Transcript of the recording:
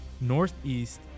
northeast